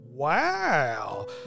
Wow